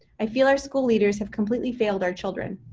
i feel our school leaders have completely failed our children.